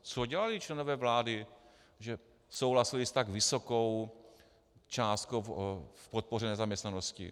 Co dělali členové vlády, že souhlasili s tak vysokou částkou v podpoře v nezaměstnanosti?